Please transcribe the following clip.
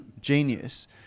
genius